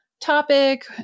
topic